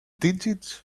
digits